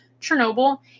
Chernobyl